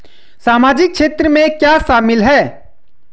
सामाजिक क्षेत्र में क्या शामिल है?